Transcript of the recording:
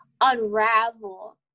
unravel